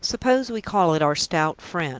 suppose we call it our stout friend?